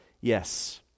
yes